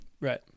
Right